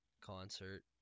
concert